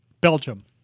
Belgium